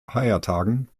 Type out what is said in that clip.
feiertagen